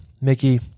Mickey